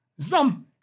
Zam